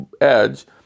edge